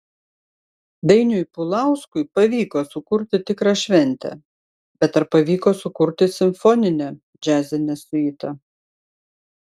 dainiui pulauskui pavyko sukurti tikrą šventę bet ar pavyko sukurti simfoninę džiazinę siuitą